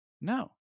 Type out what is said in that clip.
No